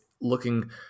looking